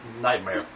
Nightmare